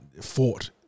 fought